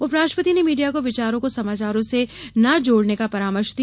उपराष्ट्रपति ने मीडिया को विचारों को समाचारों से न जोड़ने का परामर्श दिया